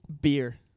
Beer